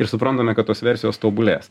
ir suprantame kad tos versijos tobulės